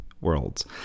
worlds